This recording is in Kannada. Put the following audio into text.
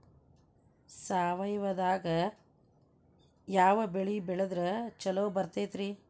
ಸಾವಯವದಾಗಾ ಯಾವ ಬೆಳಿ ಬೆಳದ್ರ ಛಲೋ ಬರ್ತೈತ್ರಿ?